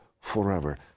forever